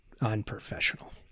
unprofessional